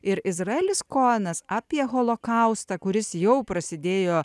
ir izraelis kojenas apie holokaustą kuris jau prasidėjo